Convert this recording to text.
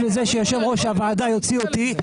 אני מסתכן בזה שיושב-ראש הוועדה יוציא אותי,